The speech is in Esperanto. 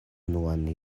unuan